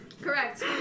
Correct